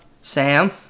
Sam